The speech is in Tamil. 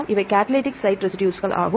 இவை கடலிடிக் சைட் ரெசிடுஸ்கள் ஆகும்